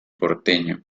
porteño